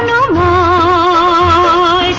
o